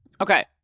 okay